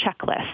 checklist